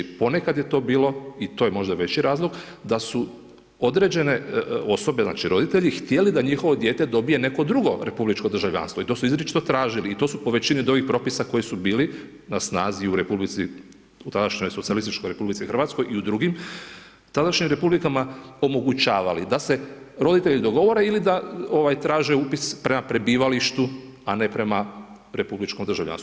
Ponekad je to bilo i to je možda veći razlog da su određene osobe, znači roditelji htjeli da njihovo dijete dobije neko drugo republičko državljanstvo i t osu izričito tražili i to su po većini ovih propisa koji su bili na snazi u tadašnjoj socijalističkoj RH i u drugim tadašnjim republikama omogućavali da se roditelji dogovore ili da traže upis prema prebivalištu, a ne prema republičkom državljanstvu.